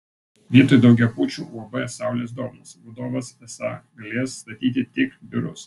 vietoj daugiabučių uab saulės dovanos vadovas esą galės statyti tik biurus